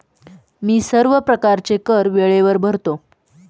मी सर्व प्रकारचे कर वेळेवर भरतो